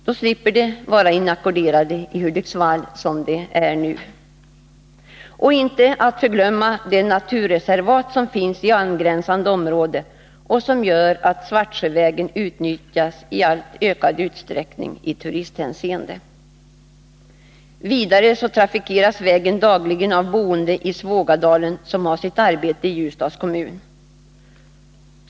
De slipper också vara inackorderade i Hudiksvall som de nu är. Man bör inte heller glömma bort de naturreservat som finns i angränsande område och som gör att Svartsjövägen utnyttjas i turisthänseende. Vidare trafikeras vägen dagligen av boende i Svågadalen som har sitt arbete i Ljusdals kommun.